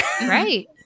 Right